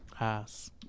Ass